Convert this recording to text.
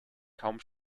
kaum